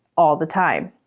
all the time.